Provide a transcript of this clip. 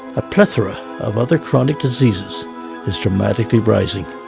a plethora of other chronic diseases is dramatically rising.